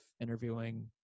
interviewing